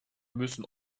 müssen